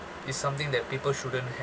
is something that people shouldn't ha~